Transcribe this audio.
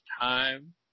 time